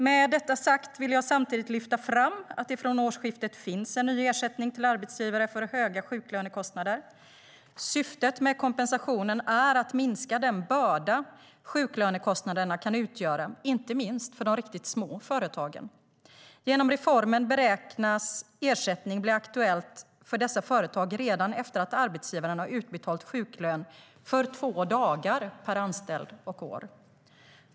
Med detta sagt vill jag samtidigt lyfta fram att det från årsskiftet finns en ny ersättning till arbetsgivare för höga sjuklönekostnader. Syftet med kompensationen är att minska den börda sjuklönekostnaderna kan utgöra, inte minst för de riktigt små företagen. Genom reformen beräknas ersättning bli aktuellt för dessa företag redan efter att arbetsgivaren har utbetalat sjuklön för två dagar per anställd och år.